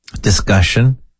discussion